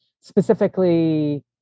specifically